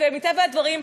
ומטבע הדברים,